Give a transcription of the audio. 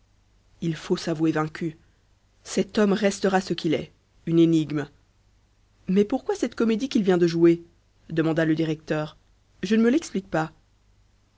il faut s'avouer vaincu cet homme restera ce qu'il est une énigme mais pourquoi cette comédie qu'il vient de jouer demanda le directeur je ne me l'explique pas